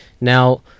Now